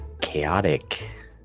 chaotic